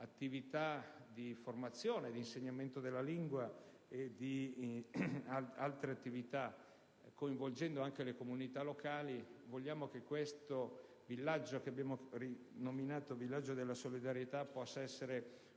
attività di formazione, di insegnamento della lingua ed altre attività. Coinvolgendo anche le comunità locali, vogliamo che questo villaggio, che abbiamo nominato villaggio della solidarietà, possa essere